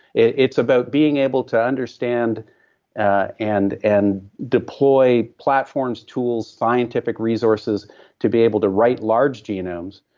it's about being able to understand ah and and deploy platforms, tools, scientific resources to be able to write large genomes,